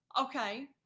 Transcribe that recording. Okay